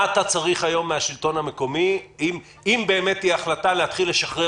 מה אתה צריך היום מהשלטון המרכזי אם באמת תהיה החלטה להתחיל לשחרר